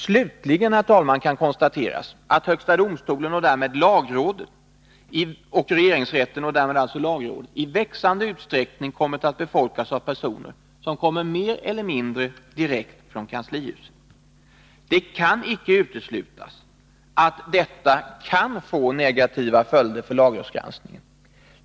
Slutligen, herr talman, kan konstateras att högsta domstolen och regeringsrätten och därmed lagrådet i växande utsträckning har kommit att befolkas av personer som kommer mer eller mindre direkt från kanslihuset. Det kan inte uteslutas att detta kan få negativa följder för lagrådsgranskningen.